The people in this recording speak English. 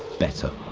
better.